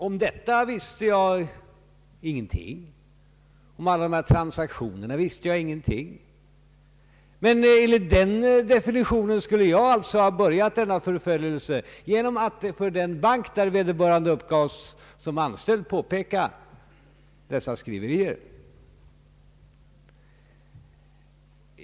Om alla dessa transaktioner visste jag ingenting. Enligt den gjorda definitionen skulle alltså jag ha börjat denna förföljelse genom att för den bank där vederbörande uppgavs vara anställd påpeka dessa skriverier.